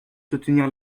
soutenir